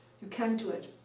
you can't do it.